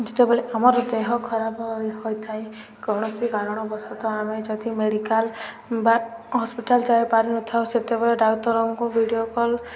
ଯେତେବେଳେ ଆମର ଦେହ ଖରାପ ହୋଇଥାଏ କୌଣସି କାରଣ ବଶତଃ ଆମେ ଯଦି ମେଡ଼ିକାଲ ବା ହସ୍ପିଟାଲ ଯାଇପାରିନଥାଉ ସେତେବେଳେ ଡାକ୍ତରଙ୍କୁ ଭିଡ଼ିଓ କଲ୍